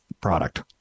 product